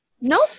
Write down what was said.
Nope